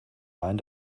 ein